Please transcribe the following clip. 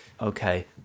Okay